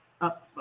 up